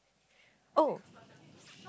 oh